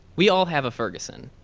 we all have a ferguson.